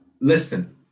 listen